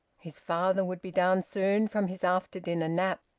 his father would be down soon from his after-dinner nap.